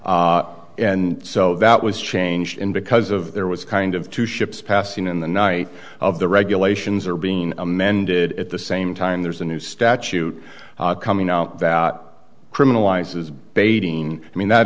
right and so that was changed in because of there was kind of two ships passing in the night of the regulations are being amended at the same time there's a new statute coming out that criminalizes baiting i mean that